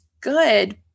good